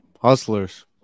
Hustlers